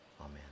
Amen